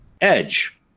Edge